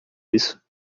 isso